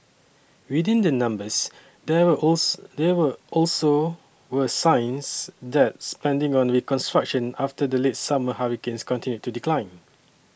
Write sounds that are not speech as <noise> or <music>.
within the numbers there were <unintelligible> there were also were signs that spending on reconstruction after the late summer hurricanes continued to decline